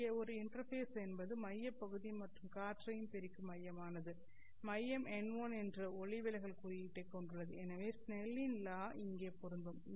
இங்கே ஒரு இன்டர்பேஸ் என்பது மையப் பகுதி மற்றும் காற்றையும் பிரிக்கும் மையமானது மையம் n1 என்ற ஒளி விலகல் குறியீட்டை கொண்டுள்ளது எனவே ஸ்னெல்லின் லா Snell's law இங்கே பொருந்தும்